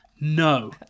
no